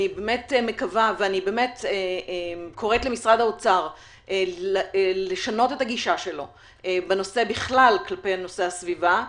אני קוראת למשרד האוצר לשנות את הגישה שלנו בכלל כלפי נושאי הסביבה,